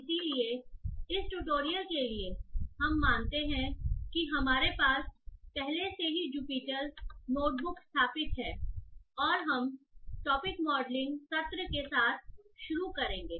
इसलिए इस ट्यूटोरियल के लिए हम मानते हैं कि हमारे पास पहले से ही जुपिटर नोटबुक स्थापित है और हम टॉपिक मॉडलिंग सत्र के साथ शुरू करेंगे